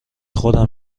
خودم